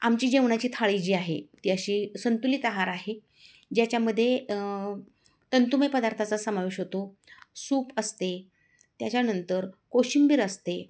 आमची जेवणाची थाळी जी आहे ती अशी संतुलित आहार आहे ज्याच्यामध्ये तंतुमय पदार्थाचा समावेश होतो सूप असते त्याच्यानंतर कोशिंबीर असते